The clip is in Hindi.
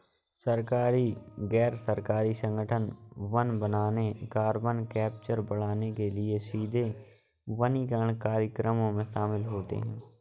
सरकारी, गैर सरकारी संगठन वन बनाने, कार्बन कैप्चर बढ़ाने के लिए सीधे वनीकरण कार्यक्रमों में शामिल होते हैं